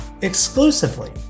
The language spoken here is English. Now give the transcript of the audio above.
exclusively